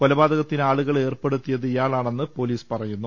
കൊലപാതകത്തിന് ആളു കളെ ഏർപ്പെടുത്തിയത് ഇയാളാണെന്ന് പൊലീസ് പറയുന്നു